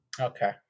Okay